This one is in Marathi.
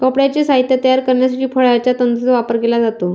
कापडाचे साहित्य तयार करण्यासाठी फळांच्या तंतूंचा वापर केला जातो